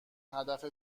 هدف